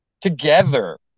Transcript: together